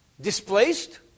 displaced